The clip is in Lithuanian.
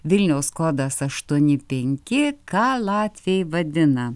vilniaus kodas aštuoni penki ką latviai vadina